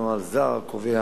נוהל זר הקובע,